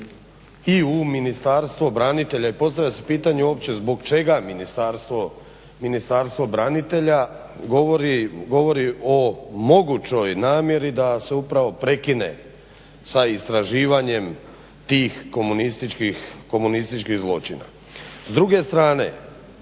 i u Ministarstvo branitelja. I postavlja se pitanje uopće zbog čega Ministarstvo branitelja govori o mogućoj namjeri da se upravo prekine sa istraživanjem tih komunističkih zločina. S druge strane,